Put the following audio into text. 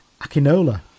Akinola